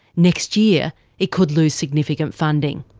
next year it could lose significant funding.